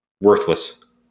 worthless